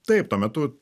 taip tuo metu